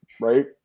Right